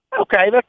Okay